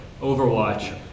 Overwatch